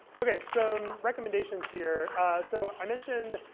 ok, some recommendations here so i mentioned